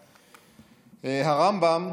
הרמב"ם,